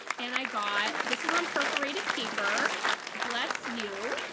and i got this is on perforated paper bless you.